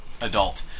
adult